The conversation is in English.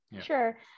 sure